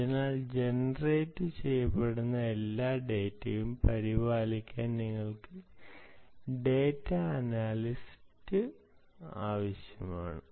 അതിനാൽ ജനറേറ്റുചെയ്യുന്ന എല്ലാ ഡാറ്റയും പരിപാലിക്കാൻ നിങ്ങൾക്ക് ഡാറ്റ അനലിസ്റ്റ് ആവശ്യമാണ്